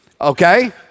Okay